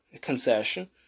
concession